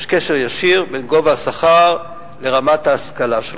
יש קשר ישיר בין גובה השכר לרמת ההשכלה שלך.